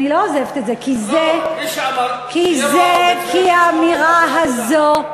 אני לא עוזבת את זה כי האמירה הזו,